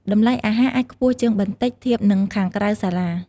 តម្លៃអាហារអាចខ្ពស់ជាងបន្តិចធៀបនឹងខាងក្រៅសាលា។